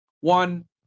One